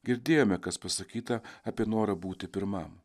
girdėjome kas pasakyta apie norą būti pirmam